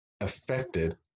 affected